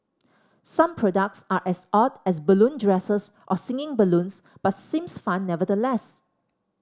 some products are as odd as balloon dresses or singing balloons but seems fun nevertheless